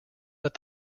that